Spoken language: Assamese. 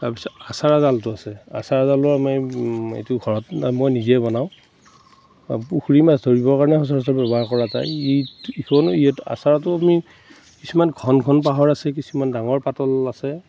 তাৰ পাছত আচাৰা জালটো আছে আচাৰা জালো আমি এইটো ঘৰত মই নিজে বনাওঁ পুখুৰীৰ মাছ ধৰিবৰ কাৰণে সচৰাচৰ ব্যৱহাৰ কৰা যায় ই ইখন ইয়াত আচাৰাটো আমি কিছুমান ঘন ঘন বাঁহৰ আছে কিছুমান ডাঙৰ পাতল আছে